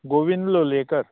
Govind Lolayekar